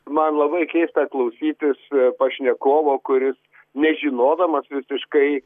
man labai keista klausytis pašnekovo kuris nežinodamas visiškai